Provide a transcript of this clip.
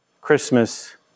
Christmas